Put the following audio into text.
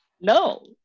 No